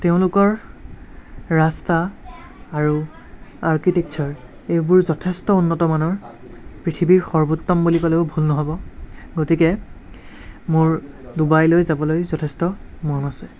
তেওঁলোকৰ ৰাস্তা আৰু আৰ্কিটেক্সাৰ এইবোৰ যথেষ্ট উন্নত মানৰ পৃথিৱীৰ সৰ্বোত্তম বুলি ক'লেও ভুল নহ'ব গতিকে মোৰ ডুবাইলৈ যাবলৈ যথেষ্ট মন আছে